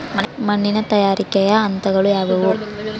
ಮಣ್ಣಿನ ತಯಾರಿಕೆಯ ಹಂತಗಳು ಯಾವುವು?